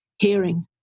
Hearing